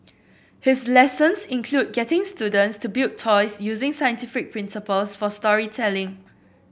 his lessons include getting students to build toys using scientific principles for storytelling